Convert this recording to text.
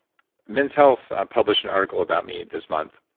men's health published an article about me this month